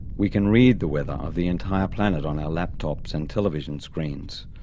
we can read the weather of the entire planet on our laptops and television screens.